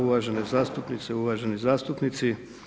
Uvažene zastupnice, uvaženi zastupnici.